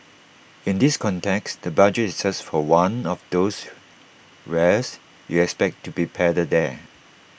in this context the budget is just for one of those wares you expect to be peddled there